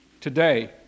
today